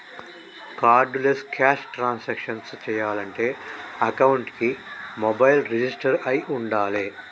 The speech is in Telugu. కార్డులెస్ క్యాష్ ట్రాన్సాక్షన్స్ చెయ్యాలంటే అకౌంట్కి మొబైల్ రిజిస్టర్ అయ్యి వుండాలే